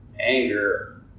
anger